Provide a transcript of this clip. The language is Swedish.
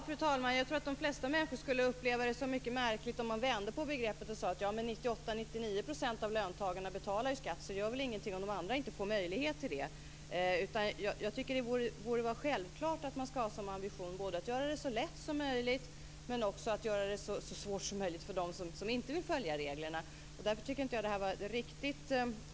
Fru talman! Jag tror att de flesta människor skulle uppleva det som mycket märkligt om man vände på begreppen och i stället sade: Men 98-99 % av löntagarna betalar ju skatt, så det gör väl ingenting om de andra inte får möjlighet till det. Jag tycker att det borde vara självklart att man hade ambitionen både att göra det så lätt som möjligt för skattebetalarna och att göra det så svårt som möjligt för dem som inte vill följa reglerna.